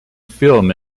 film